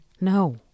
No